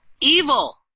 Evil